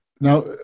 Now